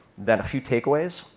then a few take-aways,